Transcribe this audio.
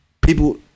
People